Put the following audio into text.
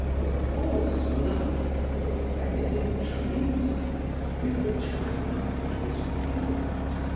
of false love and of feminine treason with which my mind was filled.